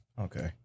Okay